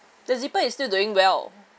the zipper is still doing well